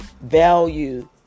Value